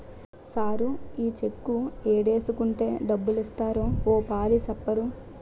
sir ఈ cheque ఏడేసుకుంటే డబ్బులిత్తారో ఓ పాలి సెప్పరూ